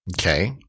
Okay